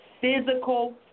physical